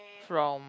from